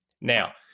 Now